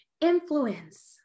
influence